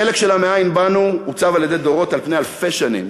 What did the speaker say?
החלק של "מאין באנו" עוצב על-ידי דורות על פני אלפי שנים,